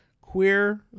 Queer